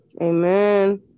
Amen